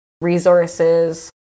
resources